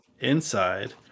inside